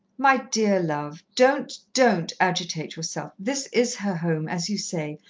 my dear love, don't don't agitate yourself. this is her home, as you say,